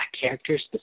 characters